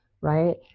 right